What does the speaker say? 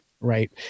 right